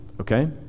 okay